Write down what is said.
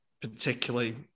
particularly